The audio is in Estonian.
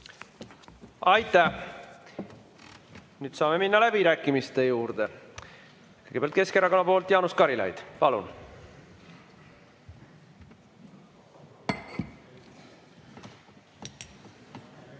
Aitäh! Nüüd saame minna läbirääkimiste juurde. Kõigepealt Keskerakonna nimel Jaanus Karilaid, palun!